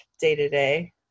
day-to-day